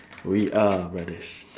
we are brothers